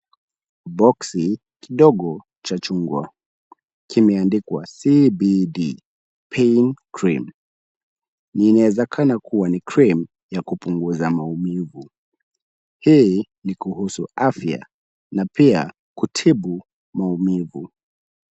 Boxi kidogo cha chungwa kimeandikwa CBD pain cream . Inaezekana kuwa ni cream ya kupunguza maumivu. Hii ni kuhusu afya na pia kutibu maumivu.